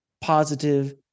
positive